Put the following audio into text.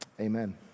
Amen